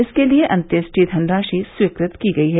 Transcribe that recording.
इसके लिये अन्त्येष्टि धनराशि स्वीकृत की गई है